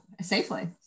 safely